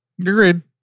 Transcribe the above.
Agreed